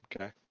Okay